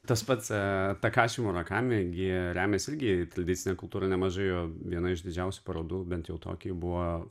tas pats takaši murakami gi remiasi irgi tradicine kultūra nemažai jo viena iš didžiausių parodų bent jau tokijuj buvo